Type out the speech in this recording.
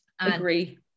agree